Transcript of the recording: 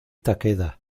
takeda